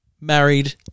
Married